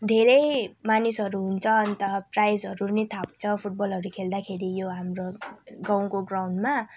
धेरै मानिसहरू हुन्छ अन्त प्राइजहरू पनि थाप्छ फुटबलहरू खेल्दाखेरि यो हाम्रो गाउँको ग्राउन्डमा